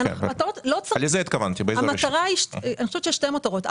לזה התכוונתי יש שתי מטרות.